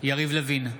יריב לוין,